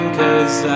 cause